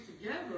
together